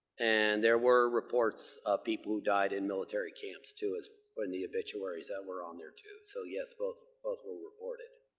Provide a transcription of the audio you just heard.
and there were reports of people who died in military camps, too, but in the obituaries that were on there too. so, yes, both both were reported.